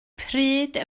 pryd